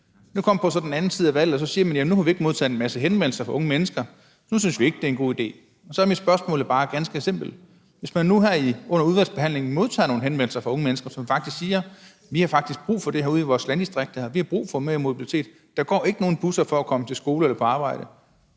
Så kom vi på den anden side af valget, og så siger man: Jamen nu har vi ikke modtaget en masse henvendelser fra unge mennesker; nu synes vi ikke, det er en god idé. Så er mit spørgsmål bare ganske simpelt: Hvis man nu her under udvalgsbehandlingen modtog nogle henvendelser fra unge mennesker, som siger: Vi har faktisk brug for det her ude i vores landdistrikter; vi har brug for mere mobilitet; der går ikke nogen busser, vi kan tage for at komme i skole eller på arbejde